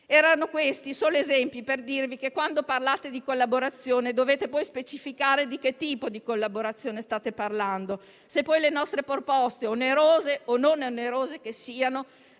Sono questi solo esempi per dirvi che quando parlate di collaborazione, dovete poi specificare di che tipo di collaborazione state parlando, se poi le nostre proposte, onerose o non onerose che siano,